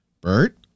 Bert